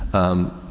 um,